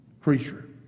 creature